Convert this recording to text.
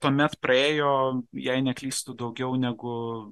tuomet praėjo jei neklystu daugiau negu